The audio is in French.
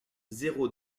zéro